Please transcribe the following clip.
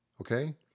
Okay